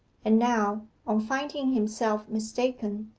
and now, on finding himself mistaken,